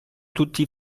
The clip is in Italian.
tutti